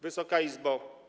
Wysoka Izbo!